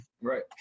Right